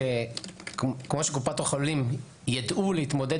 כמו שקופות החולים צריכות לדעת להתמודד